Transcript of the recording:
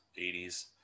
80s